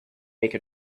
make